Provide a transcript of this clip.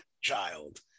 child